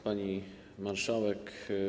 Pani Marszałek!